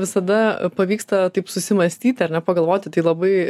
visada pavyksta taip susimąstyti ar nepagalvoti tai labai